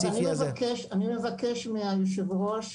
אז אני מבקש מהיושב-ראש,